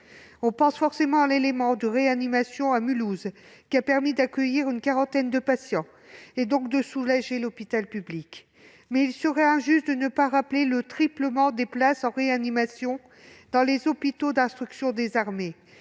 On pense forcément à l'élément de réanimation installé à Mulhouse, qui a permis d'accueillir une quarantaine de patients, et de soulager ainsi l'hôpital public. Il serait toutefois injuste de ne pas rappeler le triplement des places en réanimation dans les hôpitaux d'instruction des armées,